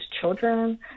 children